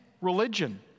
religion